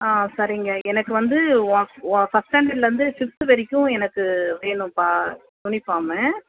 ஆ சரிங்க எனக்கு வந்து ஓ ஓ ஃபர்ஸ்ட் ஸ்டாண்டர்ட்லேருந்து சிக்ஸ்த்து வரைக்கும் எனக்கு வேணும்ப்பா யூனிஃபார்ம்மு